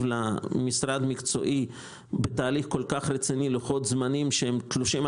למשרד מקצועי בתהליך כל כך רציני לוחות זמנים תלושים.